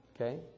Okay